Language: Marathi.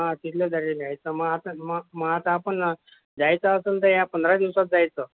हा तिथले झाले ना तर मग आता मग मग आता आपण जायचं असेल तर या पंधरा दिवसात जायचं